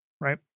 Right